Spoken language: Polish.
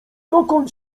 dokąd